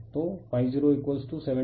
तो 0785डिग्री